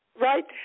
Right